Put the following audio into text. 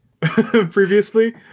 previously